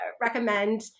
recommend